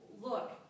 look